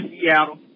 Seattle